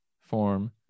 form